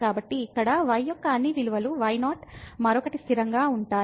కాబట్టి ఇక్కడ y యొక్క అన్ని విలువలు y0 మరొకటి స్థిరంగా ఉంటాయి